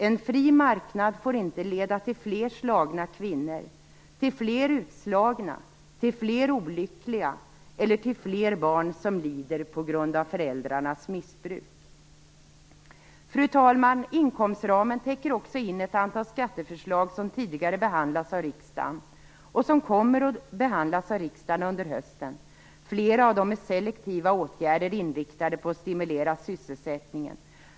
En fri marknad får inte leda till fler slagna kvinnor, fler utslagna, fler olyckliga eller till fler barn som lider på grund av föräldrarnas missbruk. Fru talman! Inkomstramen täcker också in ett antal skatteförslag som tidigare behandlats i riksdagen och som kommer att behandlas av riksdagen under hösten. Flera av dem gäller selektiva åtgärder inriktade på att stimulera sysselsättningen.